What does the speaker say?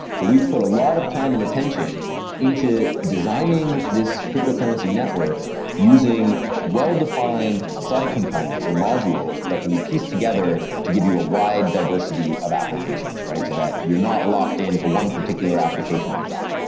so we've put a lot of time and attention into designing this crypto currency network using well defined subcomponents or modules that can be pieced together to give you a wide diversity of applications so that you're not locked into one particular application design.